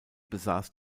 besaß